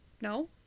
No